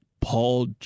Paul